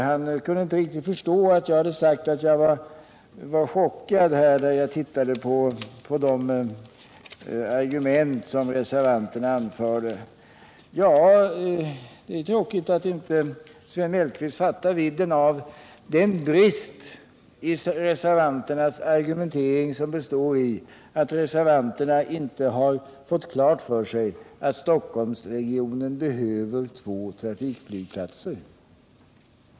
Han kunde inte riktigt förstå att jag blev chockad när jag såg de argument som reservanterna anfört. Det är tråkigt att Sven Mellqvist inte fattar vidden av den brist i reservanternas argumentering som består i att de inte fått klart för sig att Stockholmsregionen behöver två trafikflygplatser.